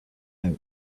out